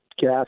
gas